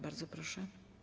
Bardzo proszę.